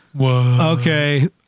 okay